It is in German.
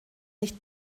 nicht